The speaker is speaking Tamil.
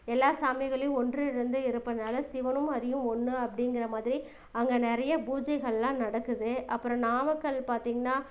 எல்லா சாமிகளையும் ஒன்றிணைந்து இருப்பதுனால சிவனும் அரியும் ஒன்று அப்படிங்குற மாதிரி அங்கே நிறைய பூஜைகள் எல்லாம் நடக்குது அப்புறம் நாமக்கல் பார்த்திங்கனா